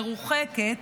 מרוחקת,